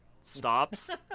stops